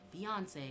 Beyonce